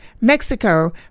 Mexico